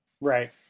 Right